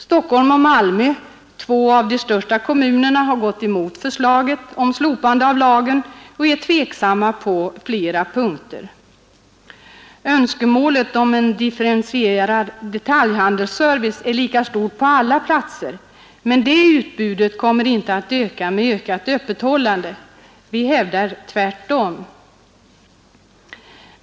Stockholm och Malmö — två av de största kommunerna — har gått emot förslaget om slopande av lagen och är tveksamma på flera punkter. Önskemålet om en differentierad detaljhandelsservice är lika stort på alla platser, men det utbudet kommer inte att öka med ökat öppethållande. Vi hävdar att det är tvärtom.